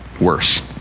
worse